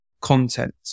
content